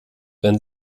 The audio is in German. wenn